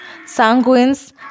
Sanguines